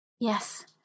yes